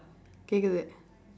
கேட்குது:keetkuthu